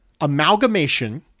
amalgamation